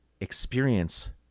experience